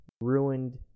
ruined